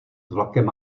vlakem